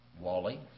Wally